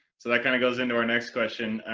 so that kind of goes into our next question.